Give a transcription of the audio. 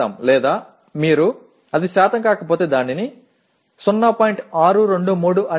623 என்று அழைக்கலாம் அது சதவீதமாக இல்லாவிட்டால் பரவாயில்லை